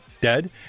dead